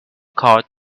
caught